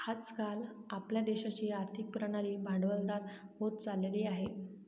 आज काल आपल्या देशाची आर्थिक प्रणाली भांडवलदार होत चालली आहे